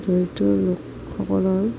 দৰিদ্ৰ লোকসকলৰ